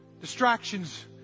Distractions